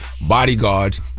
bodyguards